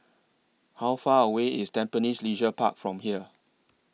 How Far away IS Tampines Leisure Park from here